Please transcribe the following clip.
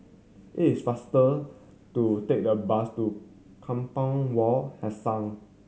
it's faster to take the bus to Kampong Wak Hassan